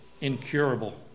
incurable